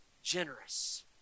Generous